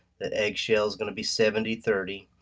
that eggshell's gonna be seventy thirty,